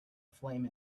flame